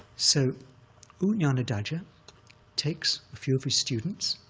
so u nanadhaja takes a few of his students,